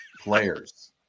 players